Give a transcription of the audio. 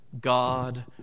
God